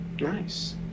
Nice